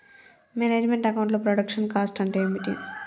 Manage meant account లో production cost అంటే ఏమిటి?